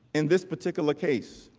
in this particular case.